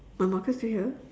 my marker is still here